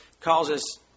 causes